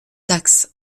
taxes